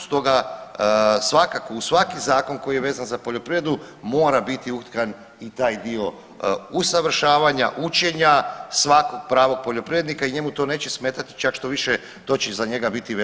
Stoga svakako uz svaki zakon koji je vezan za poljoprivredu mora biti utkan i taj dio usavršavanja, učenja svakog pravog poljoprivrednika i njemu to neće smetat, čak štoviše to će za njega biti veliki izazov.